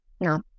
No